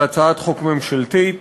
והצעת חוק ממשלתית